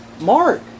Mark